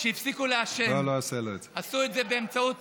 שהפסיקו לעשן עשו את זה באמצעות